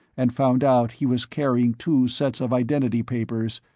and found out he was carrying two sets of identity papers.